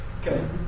Okay